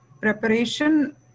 preparation